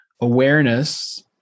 awareness